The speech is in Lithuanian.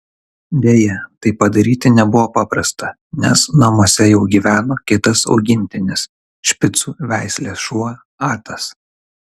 deja tai padaryti nebuvo paprasta nes namuose jau gyveno kitas augintinis špicų veislės šuo atas